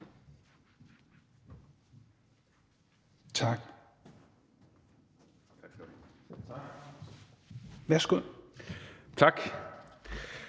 Tak.